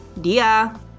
Dia